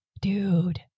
Dude